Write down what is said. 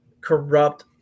corrupt